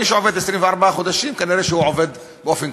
מי שעובד 24 חודשים, כנראה הוא עובד קבוע.